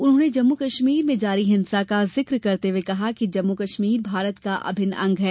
उन्होंने जम्मु कश्मीर में जारी हिंसा का जिक करते हुए कहा कि जम्मु कश्मीर भारत का अभिन्न अंग है